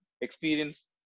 experience